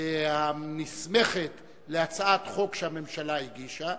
הנסמכת להצעת חוק שהממשלה הגישה,